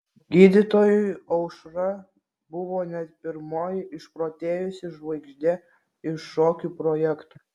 gydytojui aušra buvo ne pirmoji išprotėjusi žvaigždė iš šokių projekto